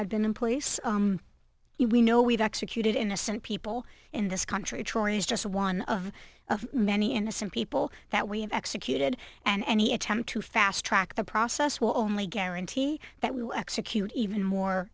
had been in place we know we've executed innocent people in this country troy is just one of many innocent people that we have executed and any attempt to fast track the process will only guarantee that we will execute even more